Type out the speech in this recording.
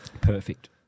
Perfect